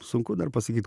sunku dar pasakyt